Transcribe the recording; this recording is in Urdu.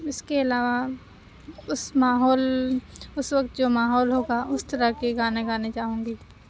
اُس کے علاوہ اُس ماحول اُس وقت جو ماحول ہوگا اُس طرح کے گانے گانے چاہوں گی